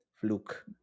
fluke